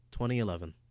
2011